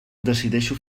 decideixo